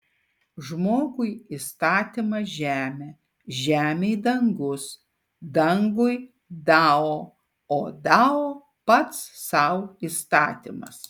žmogui įstatymas žemė žemei dangus dangui dao o dao pats sau įstatymas